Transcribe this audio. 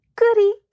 Goody